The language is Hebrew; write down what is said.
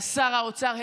שר האוצר,